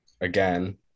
again